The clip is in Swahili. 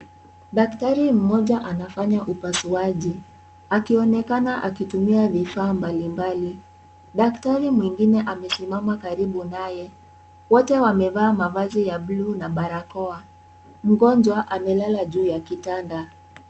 Daktari mmoja anafanya upasuaji. Akionekana akitumia vifaa mbalimbali. Daktari mwingine amesimama karibu naye. Wote wamevaa mavazi ya buluu na barakoa. Mgonjwa amelala juu ya kitanda.